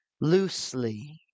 loosely